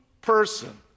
person